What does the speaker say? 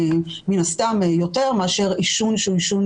מן הסתם יותר מאשר עישון שהוא עישון